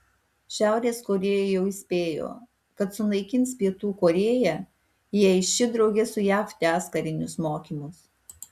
šiaurės korėja jau įspėjo kad sunaikins pietų korėją jei ši drauge su jav tęs karinius mokymus